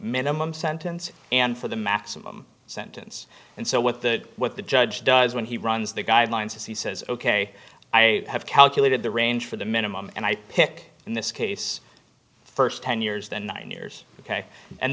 minimum sentence and for the maximum sentence and so what the what the judge does when he runs the guidelines is he says ok i have calculated the range for the minimum and i pick in this case st ten years then nine years ok and